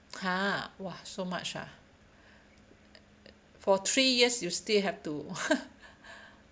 !huh! !wah! so much ah for three years you still have to